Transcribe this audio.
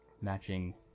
matching